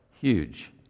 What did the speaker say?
huge